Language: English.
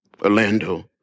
Orlando